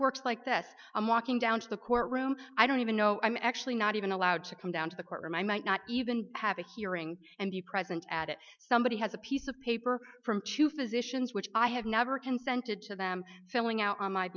works like this i'm walking down to the court room i don't even know i'm actually not even allowed to come down to the courtroom i might not even have a hearing and be present at it somebody has a piece of paper from two physicians which i have never consented to them filling out on my